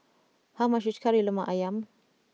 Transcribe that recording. how much is Kari Lemak Ayam